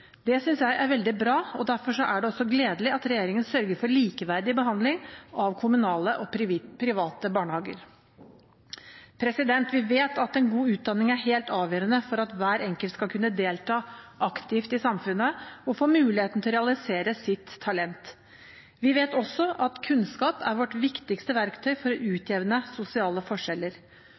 Det synes jeg er veldig bra, og derfor er det også gledelig at regjeringen sørger for likeverdig behandling av kommunale og private barnehager. Vi vet at en god utdanning er helt avgjørende for at hver enkelt skal kunne delta aktivt i samfunnet og få muligheten til å realisere sitt talent. Vi vet også at kunnskap er vårt viktigste verktøy for å utjevne sosiale forskjeller.